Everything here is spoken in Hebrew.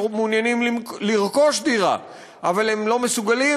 שמעוניינים לרכוש דירה אבל הם לא מסוגלים